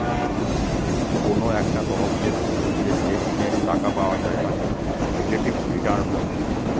কোনো একটা তহবিলের ওপর যে শেষমেষ টাকা পাওয়া যায় তাকে রিলেটিভ রিটার্ন বলে